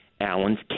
Allen's